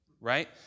right